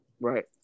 Right